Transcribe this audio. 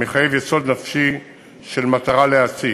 המחייב יסוד נפשי של מטרה להסית,